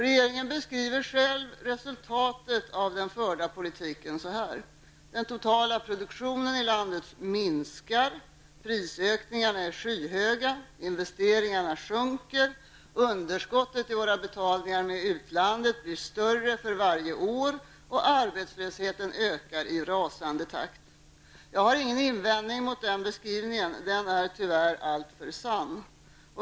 Regeringen beskriver själv resultatet av den förda politiken så här: Den totala produktionen i landet minskar, prisökningarna är skyhöga, investeringarna sjunker, underskottet i våra utlandsaffärer blir större varje år och arbetslösheten ökar i rasande takt. Jag har ingen invändning mot den beskrivningen -- den är tyvärr alltför sann.